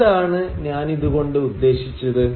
എന്താണ് ഞാനിതു കൊണ്ട് ഉദ്ദേശിച്ചത്